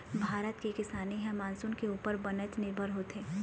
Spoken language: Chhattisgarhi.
भारत के किसानी ह मानसून के उप्पर बनेच निरभर होथे